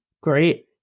Great